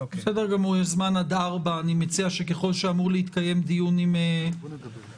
יש זמן עד 16:00. אני מציע שככל שאמור להתקיים דיון עם השרה,